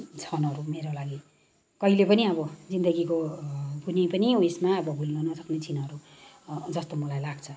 क्षणहरू मेरो लागि कहिले पनि अब जिन्दगीको कुनै पनि उसमा भुल्न नसक्ने क्षणहरू जस्तो मलाई लाग्छ